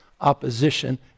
opposition